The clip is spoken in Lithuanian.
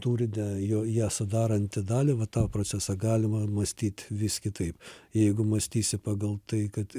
turinio jo ją sudarantį dalį va tą procesą galima mąstyt vis kitaip jeigu mąstysi pagal tai kad